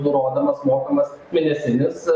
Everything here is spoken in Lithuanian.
nurodomas mokamas mėnesinis